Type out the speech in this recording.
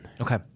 Okay